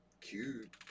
Cute